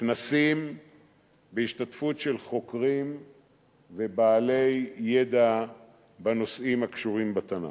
כנסים בהשתתפות חוקרים ובעלי ידע בנושאים הקשורים בתנ"ך.